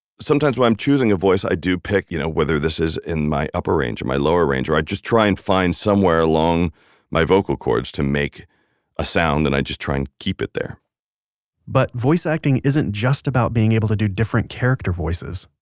sometimes when i'm choosing a voice i do pick you know whether this is in my upper range and my lower range or i just try and find somewhere along my vocal chords to make a sound then and i just try and keep it there but voice acting isn't just about being able to do different character voices.